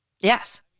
Yes